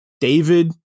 David